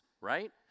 right